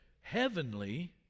heavenly